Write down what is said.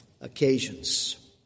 occasions